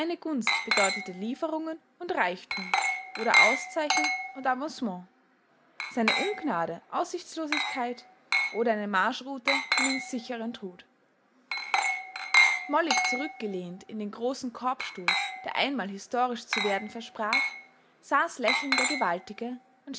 gunst bedeutete lieferungen und reichtum oder auszeichnung und avancement seine ungnade aussichtslosigkeit oder eine marschroute in den sicheren tod mollig zurückgelehnt in den großen korbstuhl der einmal historisch zu werden versprach saß lächelnd der gewaltige